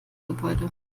gebäude